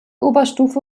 oberstufe